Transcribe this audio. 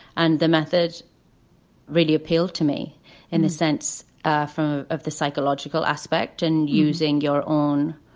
and the method really appealed to me in the sense of the psychological aspect. and using your own